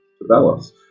develops